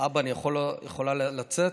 אבא, אני יכולה לצאת?